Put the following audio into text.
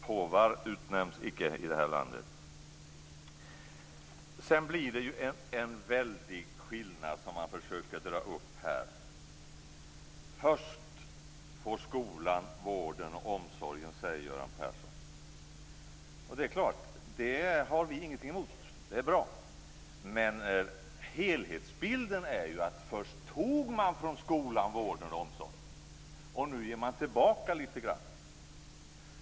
Påvar utnämns icke i det här landet. Man försöker här dra upp en väldig skillnad. Först får skolan, vården och omsorgen sitt, säger Göran Persson. Det har vi ingenting emot - det är bra. Men helhetsbilden är ju den att man först tog från skolan, vården och omsorgen för att nu ge tillbaka litet grand.